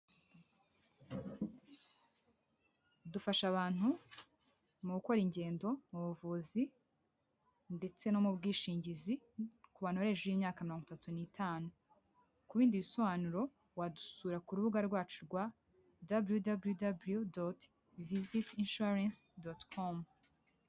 Dufasha abantu mu gukora ingendo mu buvuzi ndetse no mu bwishingizi kubantu bari hejuru y'imyaka mirongo itatu n'itanu. Ku bindi bisobanuro wadusura ku rubuga rwacu rwa daburiyu daburiyu daburiyu doti visiti inshuwarensi doti komu.